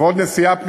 ועוד נסיעה פנימית.